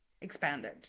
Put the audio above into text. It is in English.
expanded